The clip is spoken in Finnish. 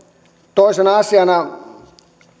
toisena asiana